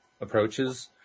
approaches